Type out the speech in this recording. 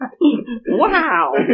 Wow